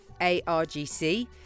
argc